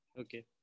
Okay